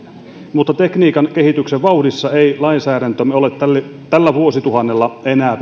mutta tekniikan kehityksen vauhdissa ei lainsäädäntömme ole tällä vuosituhannella enää